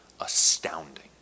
astounding